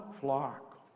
flock